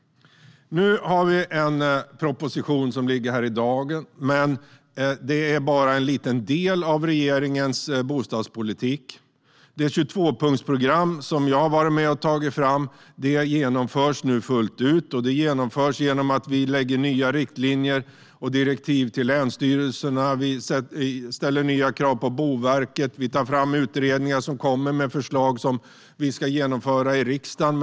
Nu har vi en proposition som ligger här i dag, men det är bara en liten del av regeringens bostadspolitik. Det 22-punktsprogram som jag har varit med och tagit fram genomförs nu fullt ut. Det genomförs genom att vi lägger fram nya riktlinjer och direktiv till länsstyrelserna. Vi ställer nya krav på Boverket. Vi tar fram utredningar som kommer med förslag som vi ska genomföra i riksdagen.